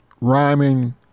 rhyming